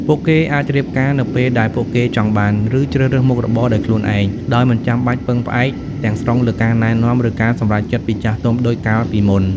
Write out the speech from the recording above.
ពួកគេអាចរៀបការនៅពេលដែលពួកគេចង់បាន ឬជ្រើសរើសមុខរបរដោយខ្លួនឯង ដោយមិនចាំបាច់ពឹងផ្អែកទាំងស្រុងលើការណែនាំ ឬការសម្រេចចិត្តពីចាស់ទុំដូចកាលពីមុន។